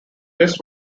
this